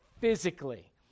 physically